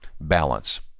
balance